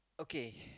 okay